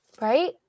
Right